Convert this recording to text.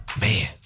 man